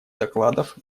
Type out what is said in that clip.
докладов